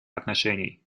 отношений